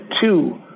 two